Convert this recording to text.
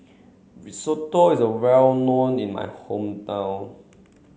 Risotto is well known in my hometown